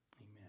Amen